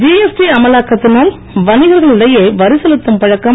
GST அமலாக்கத்தினால் வணிகர்களிடையே வரி செலுத்தும் பழக்கம்